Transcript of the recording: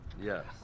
Yes